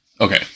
okay